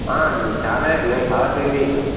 చాలా మేము చాలా సేల్ చేసినం